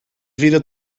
vira